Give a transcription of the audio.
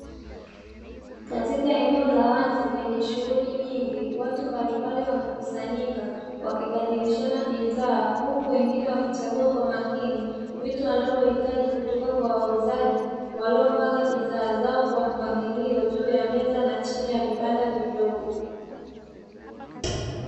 Katika eneo la wazi lenye shughuli nyingi watu mbalimbali wamekusanyika wakibadilishana bidhaa, huku wengine wakichagua kwa makini vitu wanavyohitaji kutoka kwa wauzaji waliopanga bidhaa zao kwa mpangilio juu ya meza na chini ya vibanda vidogo.